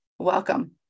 Welcome